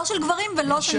לא של גברים ולא של נשים.